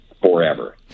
forever